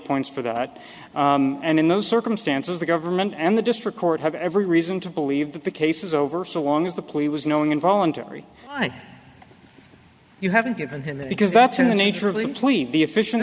points for that and in those circumstances the government and the district court have every reason to believe that the case is over so long as the plea was knowing involuntary you haven't given him that because that's in the nature of the plane the efficien